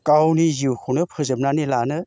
गावनि जिउखौनो फोजोबनानै लानो